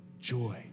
joy